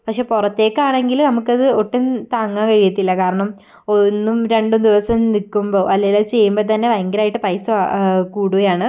പക്ഷേ പുറത്തേക്കാണെങ്കിൽ നമുക്കത് ഒട്ടും താങ്ങാൻ കഴിയത്തില്ല കാരണം ഒന്നും രണ്ടും ദിവസം നിൽക്കുമ്പോൾ അല്ലേല് അത് ചെയ്യുമ്പോൾത്തന്നെ ഭയങ്കരായിട്ട് പൈസ കൂടുകയാണ്